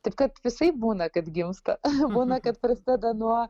taip kad visaip būna kad gimsta būna kad prasideda nuo